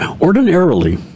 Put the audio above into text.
Ordinarily